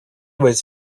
was